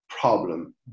problem